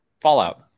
Fallout